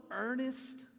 earnest